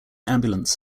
ambulance